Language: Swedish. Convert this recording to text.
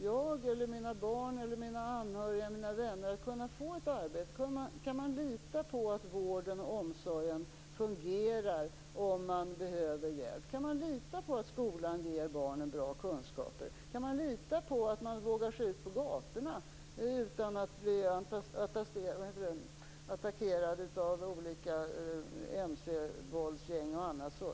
Kommer jag, mina barn, mina anhöriga eller mina vänner att kunna få ett arbete? Kan man lita på att vården och omsorgen fungerar om man behöver hjälp? Kan man lita på att skolan ger barnen goda kunskaper? Kan man lita på att man vågar sig ut på gatorna utan att bli attackerad av olika MC-gäng?